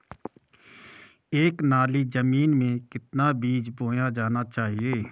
एक नाली जमीन में कितना बीज बोया जाना चाहिए?